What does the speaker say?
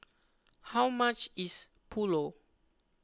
how much is Pulao